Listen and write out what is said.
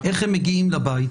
איך הם מגיעים לבית.